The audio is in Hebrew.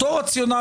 אותו רציונל,